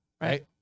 Right